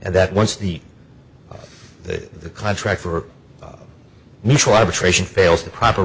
and that once the contract for neutral arbitration fails the proper